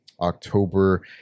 October